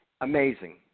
amazing